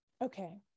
Okay